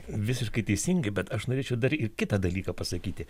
visiškai teisingai bet aš norėčiau dar ir kitą dalyką pasakyti